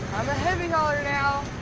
heavy hauler now.